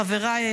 חבריי,